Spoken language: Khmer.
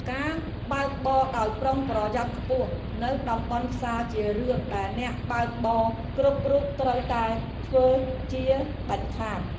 ការបើកបរដោយប្រុងប្រយ័ត្នខ្ពស់នៅតំបន់ផ្សារជារឿងដែលអ្នកបើកបរគ្រប់រូបត្រូវតែធ្វើជាដាច់ខាត។